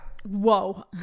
whoa